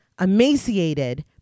emaciated